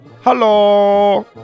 Hello